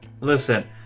Listen